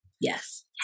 yes